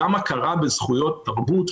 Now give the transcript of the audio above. גם הכרה בזכויות תרבות,